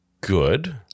good